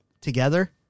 together